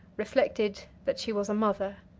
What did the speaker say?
reflected that she was a mother.